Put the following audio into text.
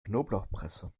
knoblauchpresse